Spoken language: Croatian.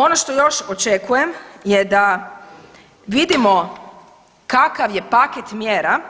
Ono što još očekujem je da vidimo kakav je paket mjera